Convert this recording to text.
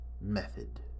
Method